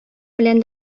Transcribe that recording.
белән